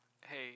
Hey